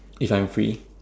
if I'm free